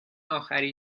آخری